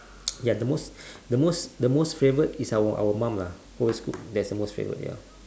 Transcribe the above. ya the most the most the most favourite is our our mum lah always cook that's the most favourite